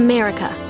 America